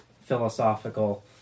philosophical